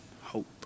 hope